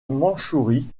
mandchourie